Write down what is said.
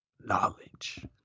Knowledge